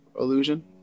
illusion